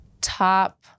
Top